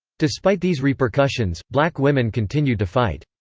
despite these repercussions, black women continued to fight.